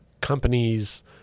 companies